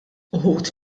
uħud